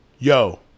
Yo